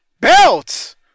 Belts